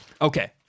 Okay